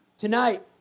Tonight